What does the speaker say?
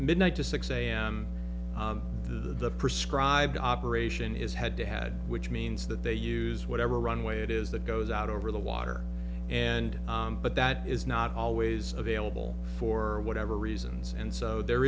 midnight to six am the prescribed operation is had to had which means that they use whatever runway it is the goes out over the water and but that is not always available for whatever reasons and so there